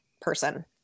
person